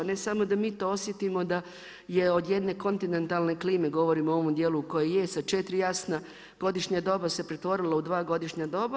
Ne samo da mi to osjetimo da je od jedne kontinentalne klime govorim o ovom dijelu koji je sa četiri jasna godišnja doba se pretvorilo u dva godišnja doba.